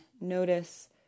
notice